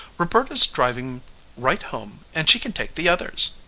roberta's driving right home and she can take the others.